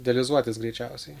dializuotis greičiausiai